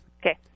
Okay